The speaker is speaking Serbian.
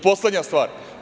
Poslednja stvar.